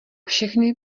všechny